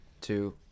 two